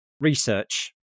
research